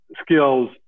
skills